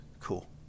cool